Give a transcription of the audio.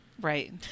Right